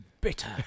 bitter